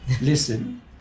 listen